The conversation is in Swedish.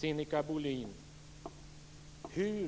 Sinikka Bohlin!